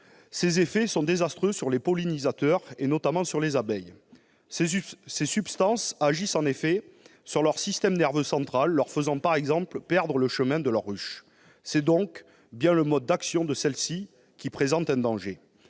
sont désastreux sur les pollinisateurs, notamment sur les abeilles. Ces substances agissent en effet sur leur système nerveux central, leur faisant par exemple perdre le chemin de leur ruche. C'est donc bien leur mode d'action qui présente un danger.